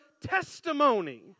testimony